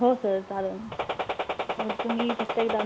हो सर चालेल तुम्ही फक्त एकदा